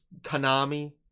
Konami